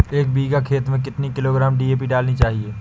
एक बीघा खेत में कितनी किलोग्राम डी.ए.पी डालनी चाहिए?